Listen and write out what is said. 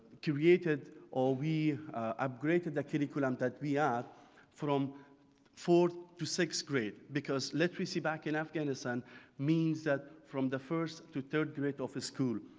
created or we upgraded the curriculum that we have um from fourth to sixth grade, because literacy back in afghanistan means that from the first to third grade of school,